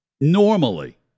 normally